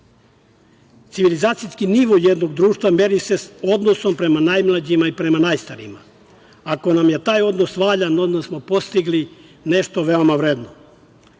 predloge. Civilizacijski nivo jednog društva meri se odnosom prema najmlađima i prema najstarijima. Ako nam je taj odnos valjan onda smo postigli nešto veoma vredno.